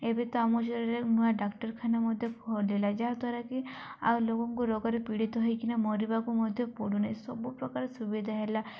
ଏବେ ତ ଆମ ଏରିଆରେ ନୂଆ ଡାକ୍ତରଖାନା ମଧ୍ୟ ଖୋଲିଲା ଯାହା ଦ୍ୱାରାକିି ଆଉ ଲୋକଙ୍କୁ ରୋଗରେ ପୀଡ଼ିତ ହେଇକିନା ମରିବାକୁ ମଧ୍ୟ ପଡ଼ୁନହିଁ ସବୁପ୍ରକାର ସୁବିଧା ହେଲା